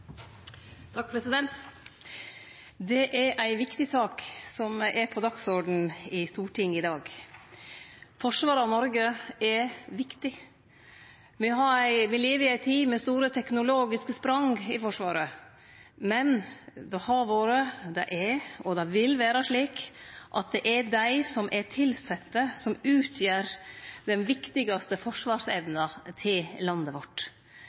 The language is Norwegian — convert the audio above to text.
ei viktig sak som er på dagsordenen i Stortinget i dag. Forsvaret av Noreg er viktig. Me lever i ei tid med store teknologiske sprang i Forsvaret. Men det har vore, det er og det vil vere slik at det er dei som er tilsette, som utgjer den viktigaste forsvarsevna til landet vårt,